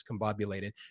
discombobulated